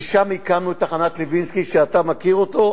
ושם הקמנו את תחנת-לוינסקי, שאתה מכיר אותה.